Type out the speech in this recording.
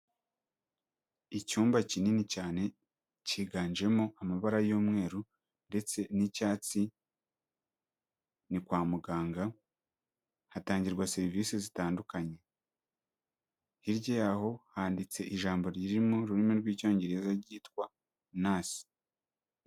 Icyumba kinini cyane kiganjemo amabara y'umweru ndetse n'icyatsi, ni kwa muganga hatangirwa serivisi zitandukanye, hirya yaho handitse ijambo riri mu rurimi rw'Icyongereza ryitwa nasi.